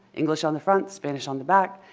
english on the front, spanish on the back.